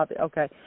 Okay